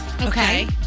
Okay